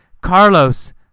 Carlos